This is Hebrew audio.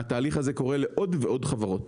התהליך הזה קורה לעוד ועוד חברות.